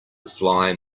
fly